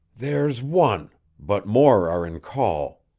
there's one but more are in call.